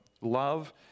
love